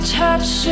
touch